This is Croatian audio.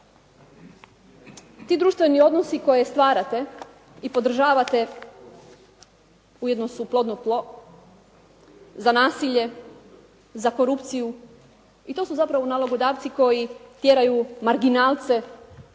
Ti društveni odnosi koje stvarate i podržavate ujedno su plodno tlo za nasilje, za korupciju i to su zapravo nalogodavci koji tjeraju marginalce